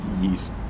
Yeast